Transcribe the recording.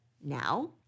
now